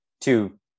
two